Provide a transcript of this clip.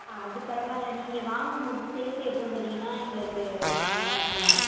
ஆ அது பரவாயில்ல நீங்கள் வாங்கும்போது சேர்த்து எடுத்து வந்துவிட்டிங்கன்னா எங்களுக்கு கொஞ்சம் நல்லா இருக்கும்